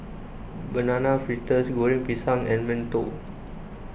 Banana Fritters Goreng Pisang and Mantou